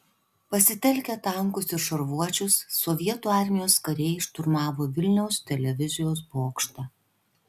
pasitelkę tankus ir šarvuočius sovietų armijos kariai šturmavo vilniaus televizijos bokštą